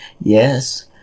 Yes